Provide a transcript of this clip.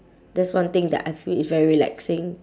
that's one thing that I feel is very relaxing